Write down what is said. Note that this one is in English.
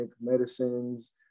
medicines